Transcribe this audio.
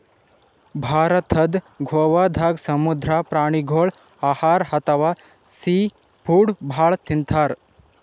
ಭಾರತದ್ ಗೋವಾದಾಗ್ ಸಮುದ್ರ ಪ್ರಾಣಿಗೋಳ್ ಆಹಾರ್ ಅಥವಾ ಸೀ ಫುಡ್ ಭಾಳ್ ತಿಂತಾರ್